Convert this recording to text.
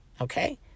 Okay